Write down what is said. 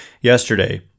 yesterday